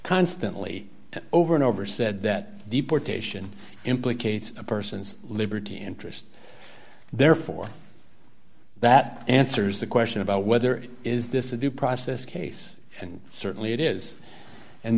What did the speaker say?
constantly over and over said that deportation implicates a person's liberty interest they're for that answers the question about whether is this a due process case and certainly it is and